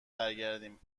برگردیم